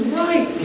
right